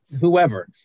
whoever